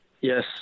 yes